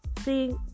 See